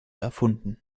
erfunden